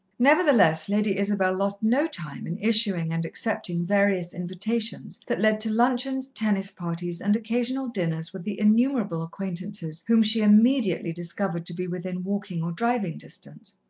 nevertheless, lady isabel lost no time in issuing and accepting various invitations that led to luncheons, tennis-parties and occasional dinners with the innumerable acquaintances whom she immediately discovered to be within walking or driving distance.